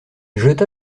jeta